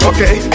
Okay